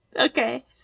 Okay